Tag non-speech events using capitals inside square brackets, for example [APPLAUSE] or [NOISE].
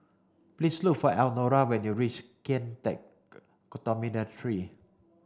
please look for Elnora when you reach Kian Teck [UNINTELLIGIBLE] Dormitory